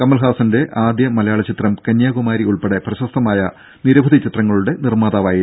കമൽഹാസന്റെ ആദ്യ മലയാള ചിത്രം കന്യാകുമാരി ഉൾപ്പെടെ പ്രശസ്തമായ നിരവധി ചിത്രങ്ങളുടെ നിർമ്മാതാവായിരുന്നു